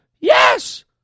Yes